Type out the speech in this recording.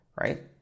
right